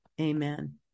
amen